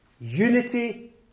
Unity